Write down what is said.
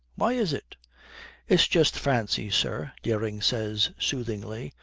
why is it it's just fancy, sir dering says soothingly,